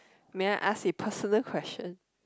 may I ask a personal question